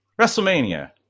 WrestleMania